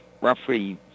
roughly